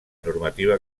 normativa